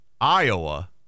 Iowa